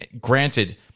Granted